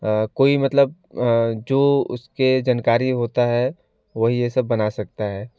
कोई मतलब जो उसके जानकारी में होता है वही यह सब बना सकता है